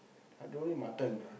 I don't eat my mutton lah